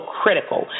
critical